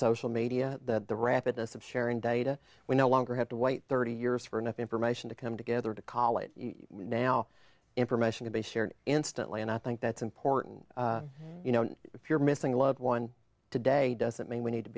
social media that the rapid us of sharing data we no longer have to wait thirty years for enough information to come together to college now information to be shared instantly and i think that's important you know if you're missing loved one today doesn't mean we need to